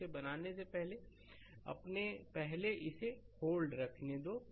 और इसे बनाने से पहले अपने पहले इसे होल्ड रखने दो